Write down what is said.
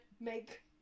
make